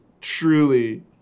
truly